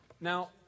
Now